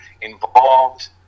involved